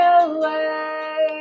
away